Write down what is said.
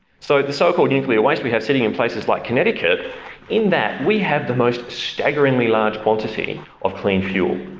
so, the so-called nuclear waste we have sitting in places like connecticut in that we have the most staggering large quantity of clean fuel.